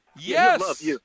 Yes